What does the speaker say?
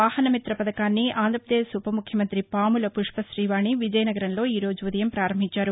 వాహసమిత్ర పథకాన్ని ఆంధ్రాపదేశ్ ఉపముఖ్యమంత్రి పాముల పుష్పశీవాణి విజయనగరంలో ఈ రోజు ఉదయం ప్రారంభించారు